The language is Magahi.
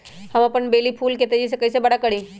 हम अपन बेली फुल के तेज़ी से बरा कईसे करी?